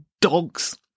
dogs